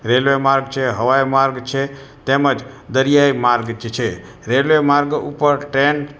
railway માર્ગ છે હવાઇ માર્ગ છે તેમજ દરિયાઇ માર્ગ જે છે રેલવે માર્ગ ઉપર ટ્રેન